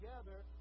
Together